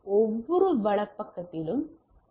ஒவ்வொரு வலப்பக்கத்திலும் என்